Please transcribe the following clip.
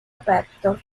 aperto